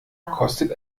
kostet